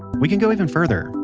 we can go even further.